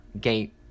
gate